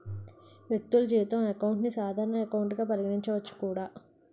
వ్యక్తులు జీతం అకౌంట్ ని సాధారణ ఎకౌంట్ గా పరిగణించవచ్చు కూడా